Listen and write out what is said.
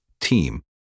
team